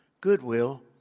goodwill